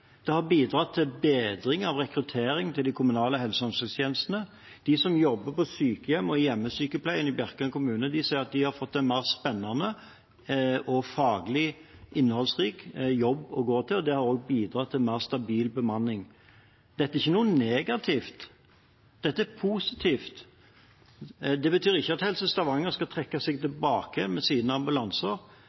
Det har bidratt til en bedring av rekrutteringen til de kommunale helse- og omsorgstjenestene. De som jobber på sykehjem og i hjemmesykepleien i Bjerkreim kommune, sier at de har fått en mer spennende og faglig innholdsrik jobb å gå til. Det har også bidratt til mer stabil bemanning. Dette er ikke noe negativt, dette er positivt. Det betyr ikke at Helse Stavanger skal trekke seg tilbake med sine ambulanser;